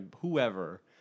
whoever